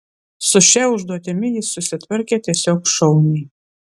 su šia užduotimi jis susitvarkė tiesiog šauniai